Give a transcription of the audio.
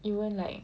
even like